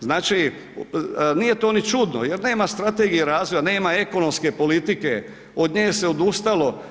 Znači nije to ni čudno jer nema strategije razvoja, nema ekonomske politike, od nje se odustalo.